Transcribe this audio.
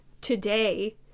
today